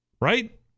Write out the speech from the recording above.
right